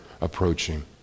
approaching